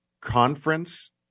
conference